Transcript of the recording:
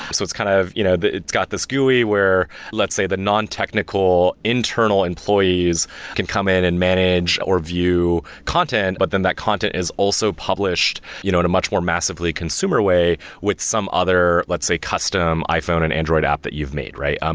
so it's kind of you know but it's got this gui, where let's say the non-technical internal employees can come in and manage or view content, but then that content is also published you know in a much more massively consumer way with some other, let's say custom iphone and android app that you've made, right? um